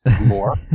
more